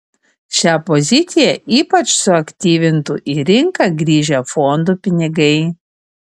šią poziciją ypač suaktyvintų į rinką grįžę fondų pinigai